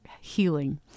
healing